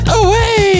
away